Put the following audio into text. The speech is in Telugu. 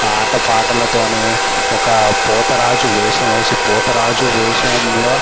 ఆటపాటలతో ఒక పోతురాజు వేషం వేసి పోతురాజు వేషంలో